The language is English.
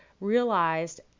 realized